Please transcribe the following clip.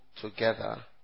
together